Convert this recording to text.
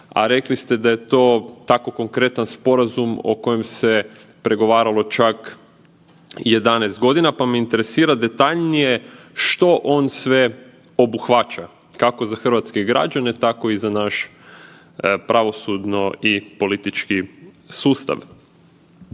a rekli ste da je to tako konkretan sporazum o kojem se pregovaralo čak 11 godina, pa me interesira detaljnije što on sve obuhvaća kako za hrvatske građane tako i za naš pravosudno i politički sustav?